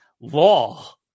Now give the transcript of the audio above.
law